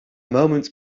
moment